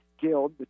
guild